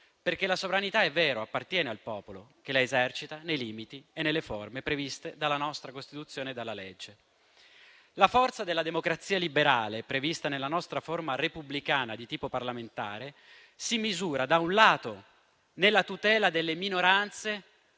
che la sovranità appartiene al popolo che la esercita nei limiti e nelle forme previste dalla nostra Costituzione e dalla legge. La forza della democrazia liberale, prevista nella nostra forma repubblicana di tipo parlamentare, si misura, da un lato, nella tutela delle minoranze